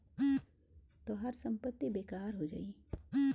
तोहार संपत्ति बेकार हो जाई